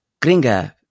Gringa